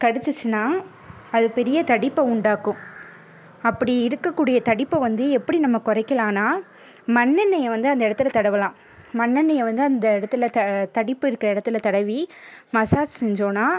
கடிச்சிச்சினால் அது பெரிய தடிப்பை உண்டாக்கும் அப்படி இருக்கக்கூடிய தடிப்பை வந்து எப்படி நம்ம குறைக்கலான்னா மண்ணெண்ணயை வந்து அந்த இடத்துல தடவலாம் மண்ணெண்ணயை வந்து அந்த இடத்துல த தடிப்பு இருக்க இடத்துல தடவி மசாஜ் செஞ்சோன்னால்